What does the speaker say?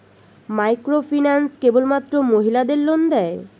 Microfinance কেবলমাত্র মহিলাদের loan দেয়?